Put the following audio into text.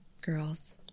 Girls